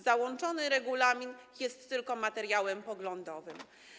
Załączony regulamin jest tylko materiałem poglądowym.